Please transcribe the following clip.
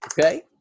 Okay